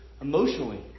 emotionally